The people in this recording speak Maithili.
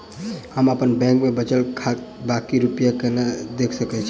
हम अप्पन बैंक मे बचल बाकी रुपया केना देख सकय छी?